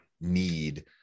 need